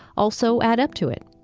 also add up to it.